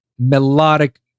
melodic